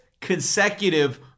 consecutive